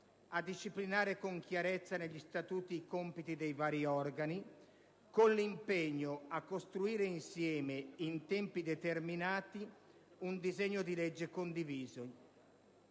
a disciplinare con chiarezza negli statuti i compiti dei vari organi, con l'impegno a costruire insieme in tempi determinati un disegno di legge condiviso.